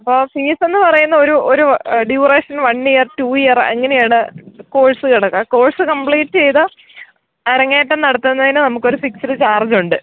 അപ്പോള് ഫീസെന്നു പറയുന്നത് ഒരു ഒരു duration one year two year അങ്ങനെയാണ് കോഴ്സുകളൊക്കെ കോഴ്സ് കമ്പ്ലീറ്റ് ചെയ്ത് അരങ്ങേറ്റം നടത്തുന്നതിന് നമുക്കൊരു ഫിക്സഡ് ചാർജ്ജുണ്ട്